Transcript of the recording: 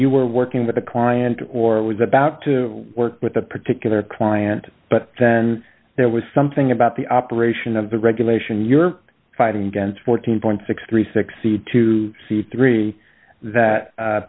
you were working with a client or was about to work with a particular client but then there was something about the operation of the regulation you're fighting against fourteen point six three six c two c three that